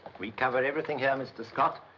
we cover everything here, mr. scott.